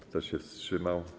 Kto się wstrzymał?